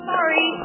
Sorry